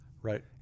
right